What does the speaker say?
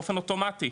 באופן אוטומטי,